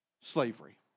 Slavery